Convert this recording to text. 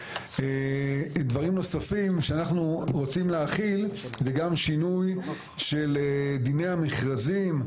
דברים נוספים שאנחנו רוצים להחיל זה גם שינוי של דיני המכרזים,